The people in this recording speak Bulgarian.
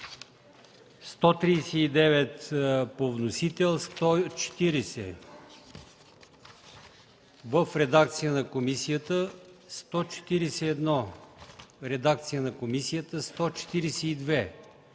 139 по вносител, чл. 140 в редакция на комисията, чл. 141 в редакция на комисията, чл.